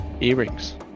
earrings